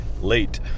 late